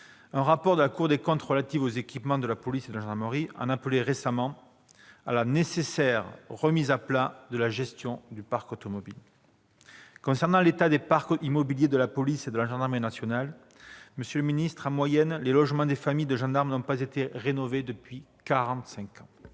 rapport de la Cour des comptes relatif aux équipements de police et de gendarmerie en appelait récemment à la « nécessaire remise à plat de la gestion du parc automobile ». J'en viens à l'état des parcs immobiliers de la police et de la gendarmerie nationale. Monsieur le secrétaire d'État, en moyenne, les logements des familles de gendarmes n'ont pas été rénovés depuis